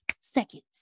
seconds